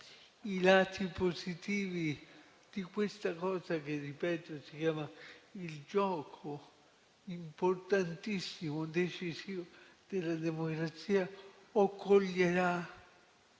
i lati positivi di questa cosa che, ripeto, si chiama il gioco importantissimo, decisivo, della democrazia o coglierà